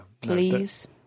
Please